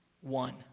one